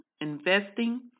investing